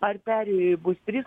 ar perėjoj bus trys